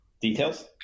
details